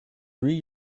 three